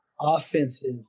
offensive